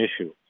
issue